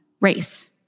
race